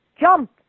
jump